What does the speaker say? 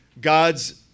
God's